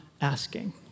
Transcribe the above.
asking